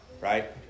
right